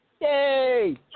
Yay